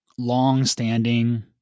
long-standing